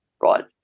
right